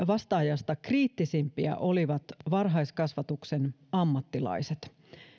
vastaajasta kriittisimpiä olivat varhaiskasvatuksen ammattilaiset